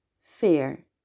fear